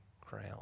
crown